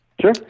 Sure